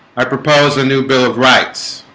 i propose a new bill of rights